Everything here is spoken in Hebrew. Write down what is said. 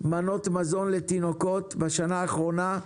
מנות מזון לתינוקות בשנה האחרונה,